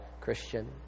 Christian